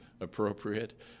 appropriate